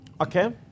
Okay